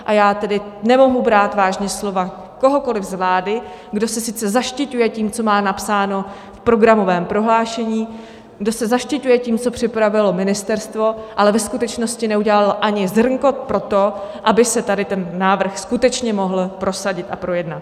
A já tedy nemohu brát vážně slova kohokoliv z vlády, kdo se sice zaštiťují tím, co má napsáno v programovém prohlášení, kdo se zaštiťuje tím, co připravilo ministerstvo, ale ve skutečnosti neudělal ani zrnko pro to, aby se tady návrh skutečně mohl prosadit a projednat.